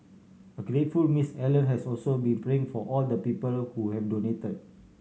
a grateful Miss Allen has also been praying for all the people who have donated